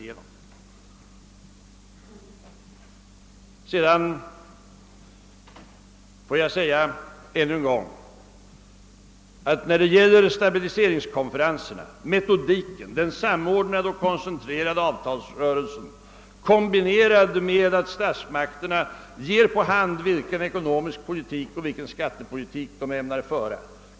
Beträffande stabiliseringskonferenserna går ju vi in för metodiken att samordna och koncentrera avtalsrörelsen, samordna den även med avtal om livsmedelspriser m.m., kombinerat med att statsmakterna deklarerar den allmänna politik och den skattepolitik som de ämnar föra.